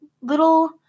little